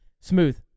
smooth